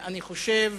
אני חושב